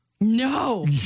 No